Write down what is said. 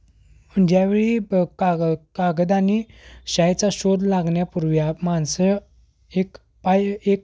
ज्यावेळी काग कागद आणि शाईचा शोध लागण्यापूर्वी या माणसं एक पाय एक